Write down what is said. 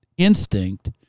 instinct